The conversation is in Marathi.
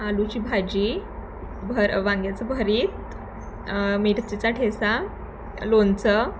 आळूची भाजी भर वांग्याचं भरीत मिरचीचा ठेचा लोणचं